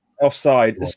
offside